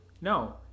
No